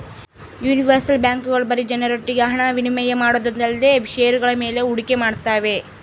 universal ಬ್ಯಾಂಕ್ಗಳು ಬರೀ ಜನರೊಟ್ಟಿಗೆ ಹಣ ವಿನಿಮಯ ಮಾಡೋದೊಂದೇಲ್ದೆ ಷೇರುಗಳ ಮೇಲೆ ಹೂಡಿಕೆ ಮಾಡ್ತಾವೆ